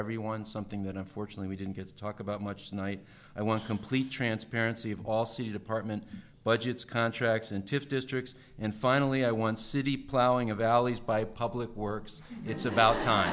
everyone something that unfortunately we didn't get to talk about much tonight i want complete transparency of all city department budgets contracts in tift districts and finally i want city plowing of alleys by public works it's about time